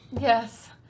Yes